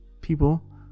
people